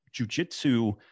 jujitsu